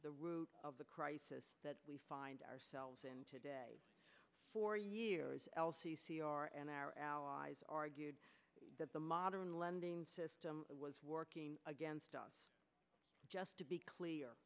the root of the crisis that we find ourselves in today for years l c c our and our allies argued that the modern lending system was working against us just to be clear